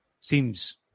Seems